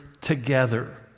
together